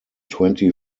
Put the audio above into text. twenty